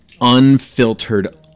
unfiltered